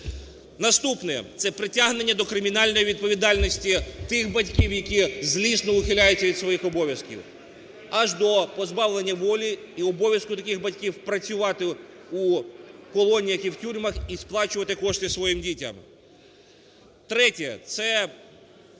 Наступне – це притягнення до кримінальної відповідальності тих батьків, які злісно ухиляються від своїх обов'язків, аж до позбавлення волі і обов'язку таких батьків працювати у колоніях і в тюрмах і сплачувати кошти своїм дітям. Третє – це